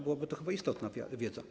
Byłaby to chyba istotna wiedza.